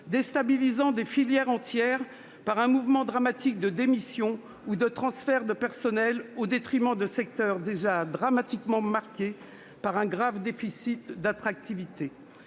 déstabilisant des filières entières par un mouvement dramatique de démissions ou de transferts de personnel, au détriment de secteurs déjà durement marqués par un grave déficit d'attractivité.